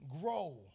grow